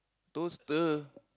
toaster